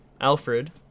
Alfred